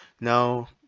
Now